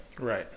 Right